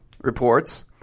reports